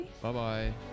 Bye-bye